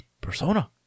Persona